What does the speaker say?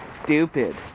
stupid